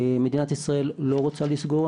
מדינת ישראל לא רוצה לסגור.